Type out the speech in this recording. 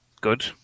Good